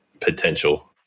potential